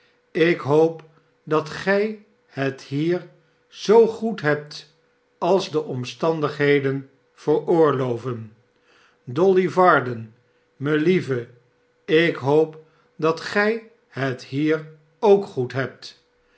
ik hoop dat gij het hier zoo goed hebt als de omstandigheden veroorloven dolly varden melieve ik hoop dat gij het hier ook goed hebt